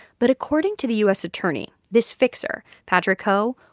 but according to the u s. attorney, this fixer, patrick ho,